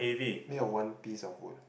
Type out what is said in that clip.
made of one piece of wood